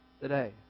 today